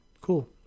Cool